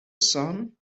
sun